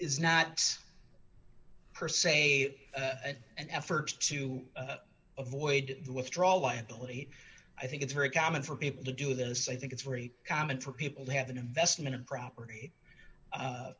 is not per se an effort to avoid the withdrawal liability i think it's very common for people to do this i think it's very common for people to have an investment in property